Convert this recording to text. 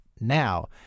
now